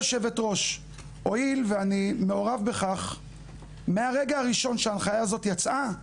הואיל ואני מעורב בכך מהרגע הראשון שההחלטה יצאה,